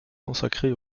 consacrée